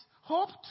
hoped